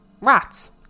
Rats